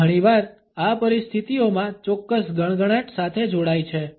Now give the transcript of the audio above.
તે ઘણીવાર આ પરિસ્થિતિઓમાં ચોક્કસ ગણગણાટ સાથે જોડાય છે